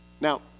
Now